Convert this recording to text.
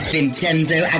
Vincenzo